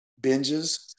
binges